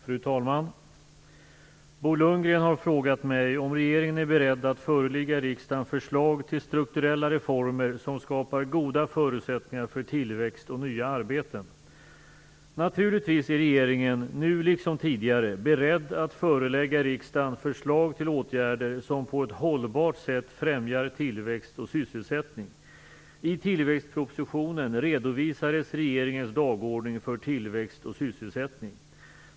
Fru talman! Bo Lundgren har frågat mig om regeringen är beredd att förelägga riksdagen förslag till strukturella reformer som skapar goda förutsättningar för tillväxt och nya arbeten. Naturligtvis är regeringen, nu liksom tidigare, beredd att förelägga riksdagen förslag till åtgärder som på ett hållbart sätt främjar tillväxt och sysselsättning. I tillväxtpropositionen redovisades regeringens dagordning för tillväxt och sysselsättning.